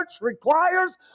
requires